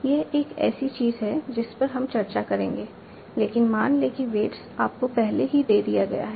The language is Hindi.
यह एक ऐसी चीज है जिस पर हम चर्चा करेंगे लेकिन मान लें कि वेट्स आपको पहले ही दे दिया गया है